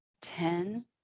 ten